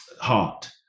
heart